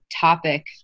topic